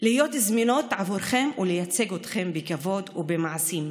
להיות זמינות עבורכן ולייצג אתכן בכבוד ובמעשים.